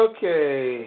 Okay